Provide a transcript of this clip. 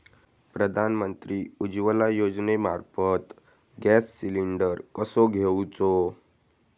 प्रधानमंत्री उज्वला योजनेमार्फत gas cylinder कसो घेऊचो?